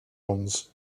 ons